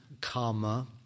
karma